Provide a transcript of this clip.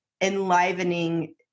enlivening